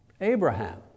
Abraham